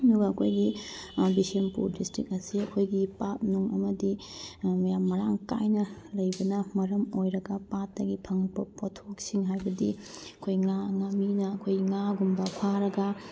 ꯑꯗꯨꯒ ꯑꯩꯈꯣꯏꯒꯤ ꯕꯤꯁꯦꯟꯄꯨꯔ ꯗꯤꯁꯇ꯭ꯔꯤꯛ ꯑꯁꯦ ꯑꯩꯈꯣꯏꯒꯤ ꯄꯥꯠ ꯅꯨꯡ ꯑꯃꯗꯤ ꯃꯌꯥꯝ ꯃꯔꯥꯡ ꯀꯥꯏꯅ ꯂꯩꯕꯅ ꯃꯔꯝ ꯑꯣꯏꯔꯒ ꯄꯥꯠꯇꯒꯤ ꯐꯪꯉꯛꯄ ꯄꯣꯠꯊꯣꯛꯁꯤꯡ ꯍꯥꯏꯕꯗꯤ ꯑꯩꯈꯣꯏ ꯉꯥ ꯉꯥꯃꯤꯅ ꯑꯩꯈꯣꯏ ꯉꯥꯒꯨꯝꯕ ꯐꯥꯔꯒ